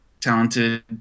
Talented